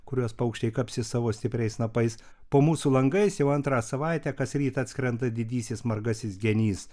kuriuos paukščiai kapsi savo stipriais snapais po mūsų langais jau antrą savaitę kasryt atskrenda didysis margasis genys